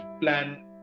plan